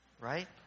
right